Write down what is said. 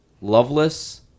loveless